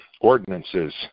ordinances